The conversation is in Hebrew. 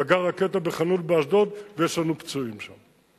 פגעה רקטה בחנות באשדוד ויש לנו פצועים שם.